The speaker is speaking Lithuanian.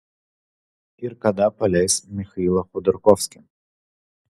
ir kada paleis michailą chodorkovskį